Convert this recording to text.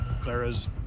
Clara's